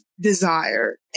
desire